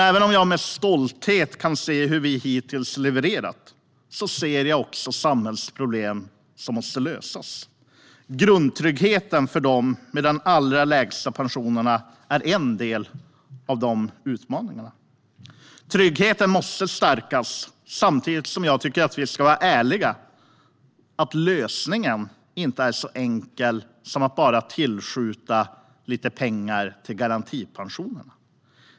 Även om jag med stolthet kan se hur vi har levererat hittills ser jag också samhällsproblem som måste lösas. Grundtryggheten för dem med allra lägst pensioner är en av dessa utmaningar. Tryggheten måste stärkas, men jag tycker samtidigt att vi ska vara ärliga med att lösningen inte är så enkel som att bara tillskjuta lite pengar till garantipensionerna.